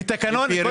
זה בתקנון הכנסת.